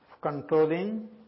Controlling